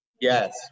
Yes